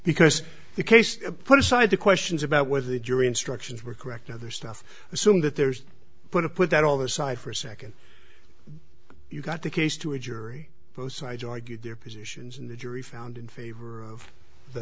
because the case put aside the questions about whether the jury instructions were correct other stuff assume that there's put a put that all the aside for a second but you got the case to a jury both sides argued their positions and the jury found in favor of the